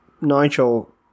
Nigel